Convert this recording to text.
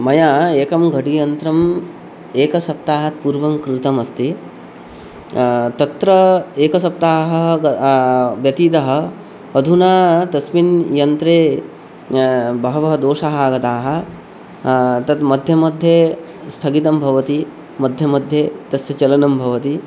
मया एकं घटियन्त्रम् एकसप्ताहात् पूर्वं क्रीतमस्ति तत्र एकसप्ताहः ग अतीतः अधुना तस्मिन् यन्त्रे बहवः दोषः आगताः तत् मध्ये मध्ये स्थगितं भवति मध्ये मध्ये तस्य चलनं भवति